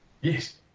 Yes